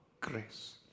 grace